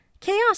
Chaos